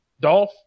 Dolph